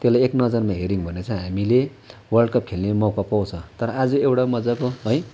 त्यसलाई एक नजरमा हेर्यौँ भने चाहिँ हामीले वर्ल्डकप खेल्ने मौका पाउँछ तर आज एउटा मजाको है